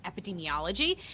epidemiology